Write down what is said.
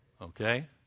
Okay